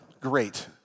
great